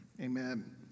Amen